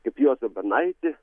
kaip juozą banaitį